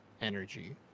energy